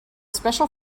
special